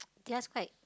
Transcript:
theirs quite